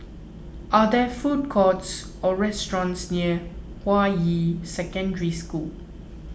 are there food courts or restaurants near Hua Yi Secondary School